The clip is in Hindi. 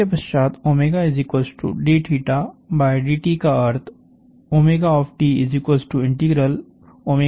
इसके पश्चात् ddt का अर्थ dtC1 है